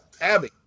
Abby